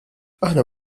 aħna